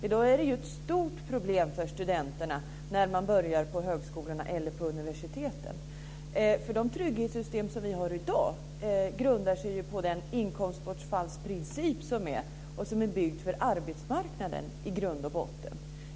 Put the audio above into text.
I dag är det ett stort problem för studenterna när de börjar på högskola eller universitet. De trygghetssystem vi har i dag grundar sig ju på den inkomstbortfallsprincip som finns och som i grund och botten är byggd för arbetsmarknaden.